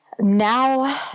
now